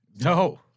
No